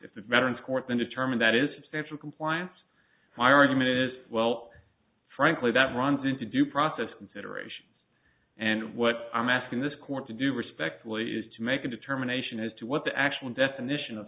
if the veterans court then determine that is substantial compliance my argument is well frankly that runs into due process considerations and what i'm asking this court to do respectfully is to make a determination as to what the actual definition of